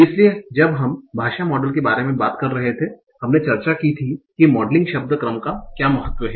इसलिए जब हम भाषा मॉडल के बारे में बात कर रहे थे हमने चर्चा की थी कि मॉडलिंग शब्द क्रम का क्या महत्व है